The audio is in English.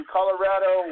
Colorado